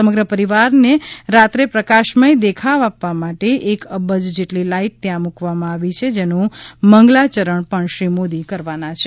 સમગ્ર પરિસરને રાત્રે પ્રકાશમથ દેખાવ આપવા માટે એક અબજ જેટલી લાઈટ ત્યાં મૂકવામાં આવી છે જેનું મંગલાચરણ પણ શ્રી મોદી કરવાના છે